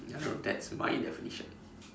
ya I know that's my definition